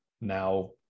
now